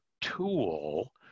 tool